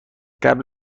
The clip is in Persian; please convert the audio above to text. قبل